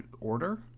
order